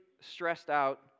stressed-out